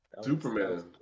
Superman